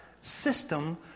system